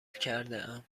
کردهام